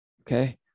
Okay